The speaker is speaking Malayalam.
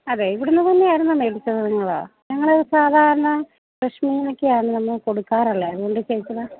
അതെ ഇവിടുന്ന് തന്നെ ആയിരുന്നോ മേടിച്ചത് നിങ്ങള് ഞങ്ങള് സാധാരണ ഫ്രെഷ് മീനൊക്കെ ആണല്ലോ നമ്മള് കൊടുക്കാറുള്ളത് അതുകൊണ്ട് ചോദിച്ചതാണ്